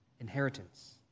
inheritance